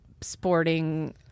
sporting